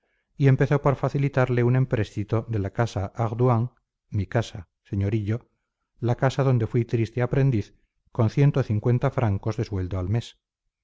y empezó por facilitarle un empréstito de la casa ardoin mi casa señor hillo la casa donde fui triste aprendiz con ciento cincuenta francos de sueldo al mes